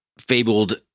fabled